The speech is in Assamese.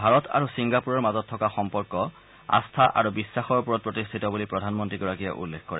ভাৰত আৰু ছিংগাপুৰৰ মাজত থকা সম্পৰ্ক আস্থা আৰু বিশ্বাসৰ ওপৰত প্ৰতিষ্ঠিত বুলি প্ৰধানমন্ত্ৰীগৰাকীয়ে উল্লেখ কৰে